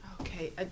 Okay